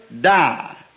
die